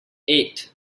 eight